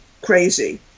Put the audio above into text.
crazy